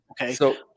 Okay